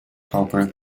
cowper